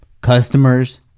customers